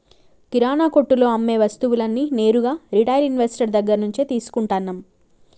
కిరణా కొట్టులో అమ్మే వస్తువులన్నీ నేరుగా రిటైల్ ఇన్వెస్టర్ దగ్గర్నుంచే తీసుకుంటన్నం